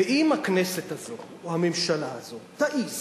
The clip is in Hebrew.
ואם הכנסת הזאת, או הממשלה הזאת, תעז